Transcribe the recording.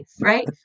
right